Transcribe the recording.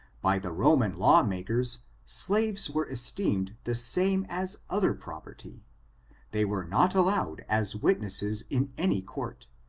by the roman law-makers, slaves were esteemed the same as other property they were not allowed as witnesses in any court,